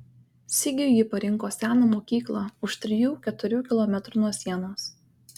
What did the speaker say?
sigiui ji parinko seną mokyklą už trijų keturių kilometrų nuo sienos